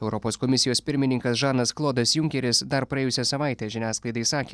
europos komisijos pirmininkas žanas klodas junkeris dar praėjusią savaitę žiniasklaidai sakė